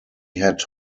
had